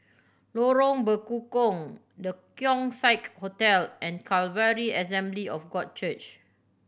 Lorong Bekukong The Keong Saik Hotel and Calvary Assembly of God Church